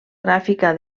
gràfica